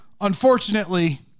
Unfortunately